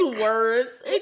words